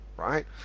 Right